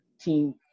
Team